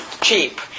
cheap